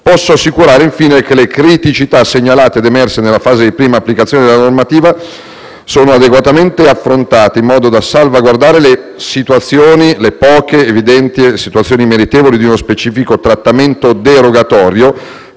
infine assicurare che le criticità segnalate ed emerse nella fase di prima applicazione della normativa sono adeguatamente affrontate in modo da salvaguardare le poche, ma evidenti situazioni meritevoli di uno specifico trattamento derogatorio,